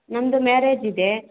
ನಮ್ಮದು ಮ್ಯಾರೇಜಿದೆ